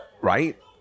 Right